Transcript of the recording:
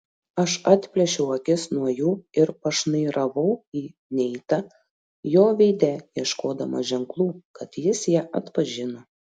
aš atplėšiau akis nuo jų ir pašnairavau į neitą jo veide ieškodama ženklų kad jis ją atpažino